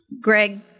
Greg